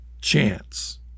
chance